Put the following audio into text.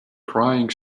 crying